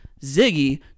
ziggy